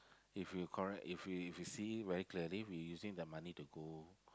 if you correct if you can see very clearer we using the money to go